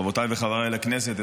חברותיי וחבריי לכנסת,